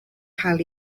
cael